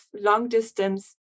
long-distance